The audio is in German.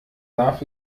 darf